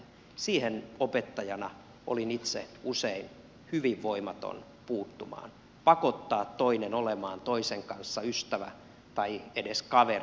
siihen opettajana olin itse usein hyvin voimaton puuttumaan pakottaa toinen olemaan toisen kanssa ystävä tai edes kaveri